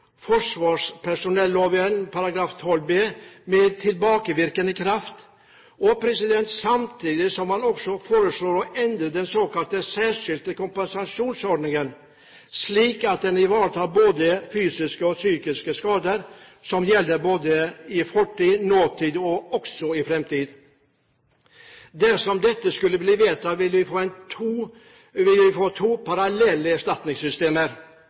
forsvarspersonelloven § 12 b med tilbakevirkende kraft, samtidig som man også foreslår å endre den såkalte særskilte kompensasjonsordningen, slik at den ivaretar både fysiske og psykiske skader som gjelder både i fortid, nåtid og også i framtid. Dersom dette skulle bli vedtatt, vil vi få to parallelle erstatningssystemer. I tillegg vil